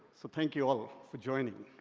so, thank you all for joining